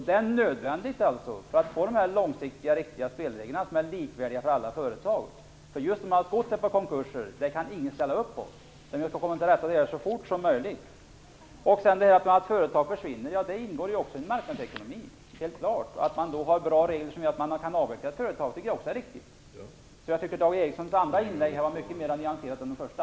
Det är nödvändigt att ändra konkurslagstiftningen för att vi skall få långsiktiga spelregler som är lika för alla företag. Så många konkurser kan ingen ställa upp på. Vi måste komma till rätta med detta så fort som möjligt. Att företag försvinner är ingår ju i en marknadsekonomi. Man skall då ha bra regler som gör det möjligt att avveckla företag, det tycker jag också är riktigt. Dag Ericsons andra inlägg var mycket mer nyanserat än det första.